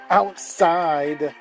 outside